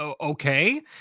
okay